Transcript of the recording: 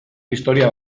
historia